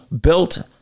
built